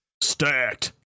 Stacked